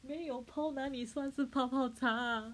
没有 pearl 哪里算是泡泡茶啊